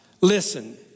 listen